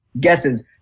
guesses